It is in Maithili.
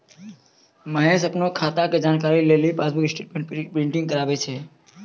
महेश अपनो खाता के जानकारी लेली पासबुक स्टेटमेंट प्रिंटिंग कराबै छै